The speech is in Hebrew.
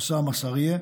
חוסאם עסיירה,